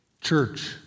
Church